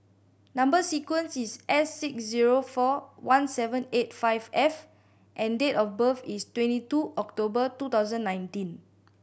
number sequence is S six zero four one seven eight five F and date of birth is twenty two October two thousand nineteen